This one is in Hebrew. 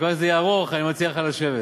מכיוון שזה יהיה ארוך אני מציע לך לשבת.